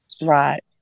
Right